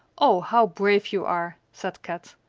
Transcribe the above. o how brave you are! said kat.